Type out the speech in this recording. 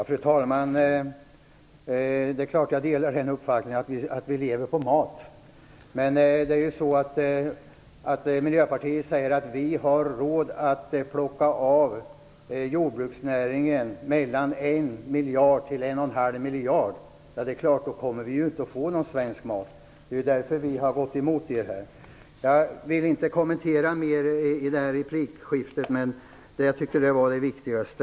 Fru talman! Det är klart att jag delar uppfattningen att vi lever av mat. Men Miljöpartiet säger att vi har råd att plocka av jordbruksnäringen 1-1,5 miljard. Då kommer vi inte att få någon svensk mat. Det är därför vi har gått emot förslaget. Jag vill inte ge någon mer kommentar i detta replikskifte. Jag tycker detta var det viktigaste.